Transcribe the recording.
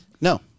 No